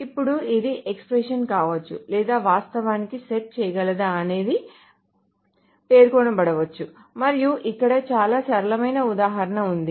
ఇప్పుడు ఇది ఎక్స్ప్రెషన్ కావచ్చు లేదా వాస్తవానికి సెట్ చేయగలదా అనేది పేర్కొనబడవచ్చు మరియు ఇక్కడ చాలా సరళమైన ఉదాహరణ ఉంది